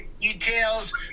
Details